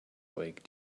week